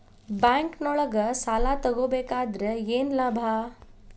ಬ್ಯಾಂಕ್ನೊಳಗ್ ಸಾಲ ತಗೊಬೇಕಾದ್ರೆ ಏನ್ ಲಾಭ?